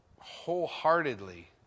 wholeheartedly